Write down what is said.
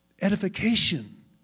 Edification